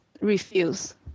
refuse